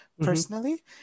personally